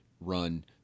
run